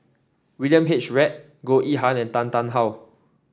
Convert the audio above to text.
William H Read Goh Yihan and Tan Tarn How